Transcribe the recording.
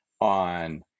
on